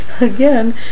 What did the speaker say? Again